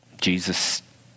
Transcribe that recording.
Jesus